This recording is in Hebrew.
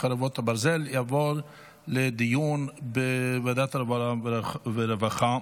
חרבות ברזל תעבור לדיון בוועדת העבודה והרווחה.